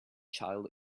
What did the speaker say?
child